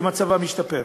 מצבם ישתפר.